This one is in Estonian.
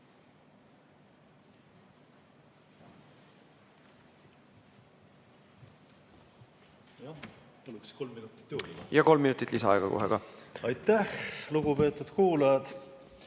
Ja kolm minutit lisaaega kohe ka. Aitäh! Lugupeetud kuulajad!